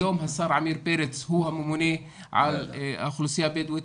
היום השר עמיר פרץ הוא הממונה על האוכלוסייה הבדואית,